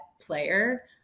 player